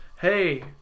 hey